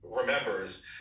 remembers